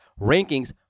rankings